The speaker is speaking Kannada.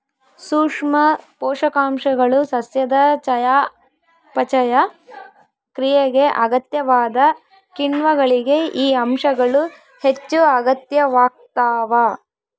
ಸೂಕ್ಷ್ಮ ಪೋಷಕಾಂಶಗಳು ಸಸ್ಯದ ಚಯಾಪಚಯ ಕ್ರಿಯೆಗೆ ಅಗತ್ಯವಾದ ಕಿಣ್ವಗಳಿಗೆ ಈ ಅಂಶಗಳು ಹೆಚ್ಚುಅಗತ್ಯವಾಗ್ತಾವ